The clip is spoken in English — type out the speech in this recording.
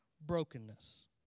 brokenness